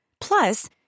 Plus